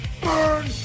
burn